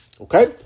Okay